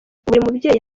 mubyeyi